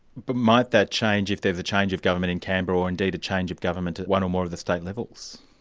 but might that change if there's a change of government in canberra, or indeed a change of government at one or more of the state levels?